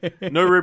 No